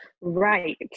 Right